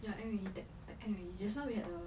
you end already that end already just now we had a